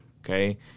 Okay